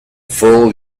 full